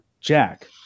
jack